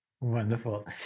Wonderful